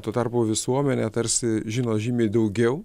tuo tarpu visuomenė tarsi žino žymiai daugiau